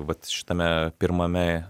vat šitame pirmame